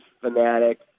fanatic